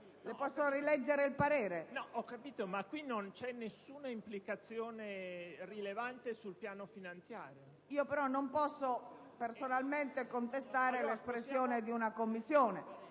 le posso rileggere il parere. ICHINO *(PD)*. Ho capito, ma qui non c'è nessuna implicazione rilevante sul piano finanziario. PRESIDENTE. Io però non posso personalmente contestare l'espressione di una Commissione.